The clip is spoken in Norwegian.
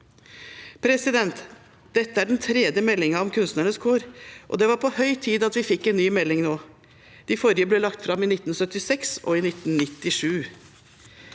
utlandet. Dette er den tredje meldingen om kunstnernes kår, og det var på høy tid at vi fikk en ny melding nå. De forrige ble lagt fram i 1976 og i 1997.